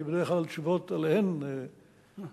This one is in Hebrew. כי בדרך כלל התשובות עליהן מורכבות.